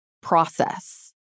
process